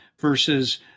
versus